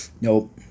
Nope